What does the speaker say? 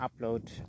upload